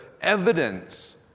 evidence